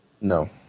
No